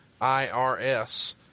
IRS